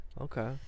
Okay